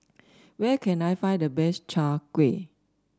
where can I find the best Chai Kuih